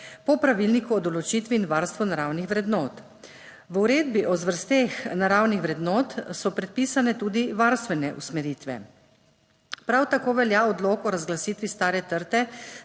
po Pravilniku o določitvi in varstvo naravnih vrednot. V uredbi o zvrsteh naravnih vrednot so predpisane tudi varstvene usmeritve. Prav tako velja Odlok o razglasitvi stare trte